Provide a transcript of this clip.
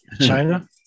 China